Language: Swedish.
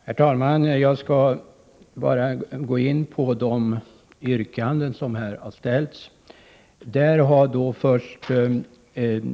Herr talman! Jag skall gå in på de yrkanden som här har ställts.